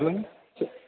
சொல்லுங்கள் சொ